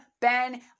Ben